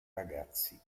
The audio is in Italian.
ragazzi